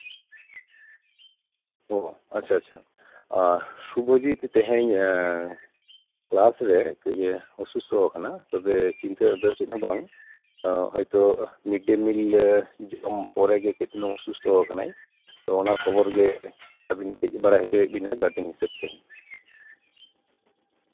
ᱚ ᱟᱪᱪᱷᱟ ᱟᱪᱪᱷᱟ ᱥᱩᱵᱷᱳᱡᱤᱛ ᱛᱮᱦᱮᱧ ᱠᱞᱟᱥ ᱨᱮ ᱠᱟᱹᱡᱼᱮ ᱚᱥᱩᱥᱛᱷᱚᱣᱟᱠᱟᱱᱟ ᱛᱚᱵᱮ ᱪᱤᱱᱛᱟᱹ ᱨᱮᱱᱟᱜ ᱫᱚ ᱪᱮᱫ ᱦᱚᱸ ᱵᱟᱝ ᱦᱚᱭᱛᱳ ᱢᱤᱰ ᱰᱮᱹ ᱢᱤᱞ ᱡᱚᱢ ᱯᱚᱨᱮ ᱜᱮ ᱠᱟᱹᱡ ᱪᱩᱞᱩᱝ ᱚᱥᱩᱥᱛᱷᱚᱣᱟᱠᱟᱱᱟᱭ ᱛᱚ ᱚᱱᱟ ᱠᱷᱚᱵᱚᱨᱜᱮ ᱟᱹᱵᱤᱱ ᱠᱟᱹᱡ ᱵᱟᱲᱟᱭ ᱦᱚᱪᱚᱭᱮᱫ ᱵᱮᱱᱟ ᱜᱟᱨᱡᱮᱱ ᱦᱤᱥᱟᱹᱵᱽ ᱛᱮ